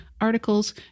articles